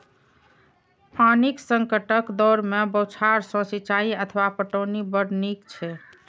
पानिक संकटक दौर मे बौछार सं सिंचाइ अथवा पटौनी बड़ नीक छै